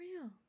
real